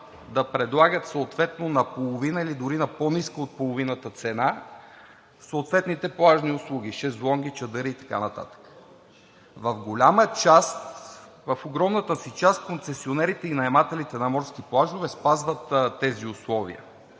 да предлагат съответно наполовина или дори на по-ниска от половината цена съответните плажни услуги – шезлонги, чадъри и така нататък. В огромната си част концесионерите и наемателите на морски плажове спазват тези условия,